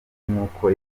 nk’uko